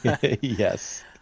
Yes